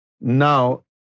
Now